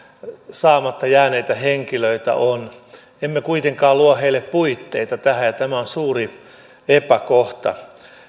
saamatta jääneitä henkilöitä on emme kuitenkaan luo heille puitteita tähän tämä on suuri epäkohta